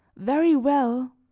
very well,